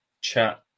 chat